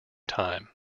time